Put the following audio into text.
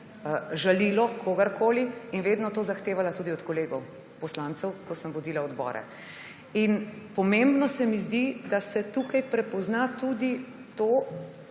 žalilo kogarkoli, in vedno to zahtevala tudi od kolegov poslancev, ko sem vodila odbore. Pomembno se mi zdi, da se tukaj prepozna tudi to,